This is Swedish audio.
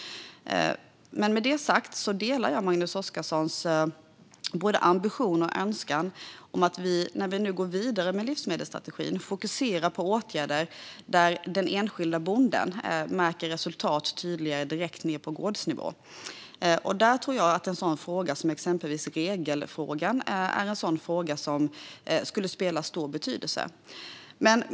Men med detta sagt delar jag Magnus Oscarssons ambition och önskan om att vi när vi nu går vidare med livsmedelsstrategin ska fokusera på åtgärder där den enskilda bonden märker tydligare resultat direkt på gårdsnivå. Jag tror att exempelvis regelfrågan är något som skulle kunna ha stor betydelse.